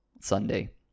Sunday